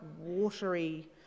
watery